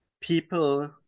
people